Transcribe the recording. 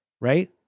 right